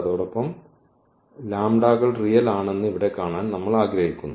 അതോടൊപ്പം കൾ റിയൽ ആണെന്ന് ഇവിടെ കാണാൻ നമ്മൾ ആഗ്രഹിക്കുന്നു